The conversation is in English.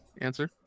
Answer